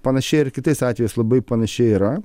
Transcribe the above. panašiai ir kitais atvejais labai panašiai yra